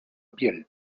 piel